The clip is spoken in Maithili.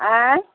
आँय